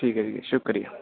teak ऐ जी शुक्रिया